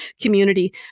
community